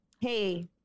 hey